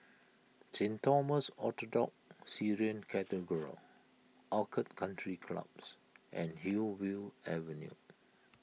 Saint Thomas Orthodox Syrian Cathedral Orchid Country Clubs and Hillview Avenue